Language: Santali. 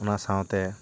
ᱚᱱᱟ ᱥᱟᱶᱛᱮ